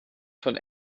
von